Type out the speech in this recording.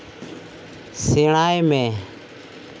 ᱥᱮᱬᱟᱭ ᱢᱮ